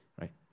right